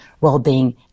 well-being